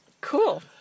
Cool